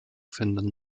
finden